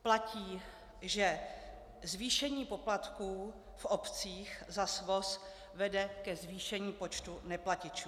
Platí, že zvýšení poplatků v obcích za svoz vede ke zvýšení počtu neplatičů.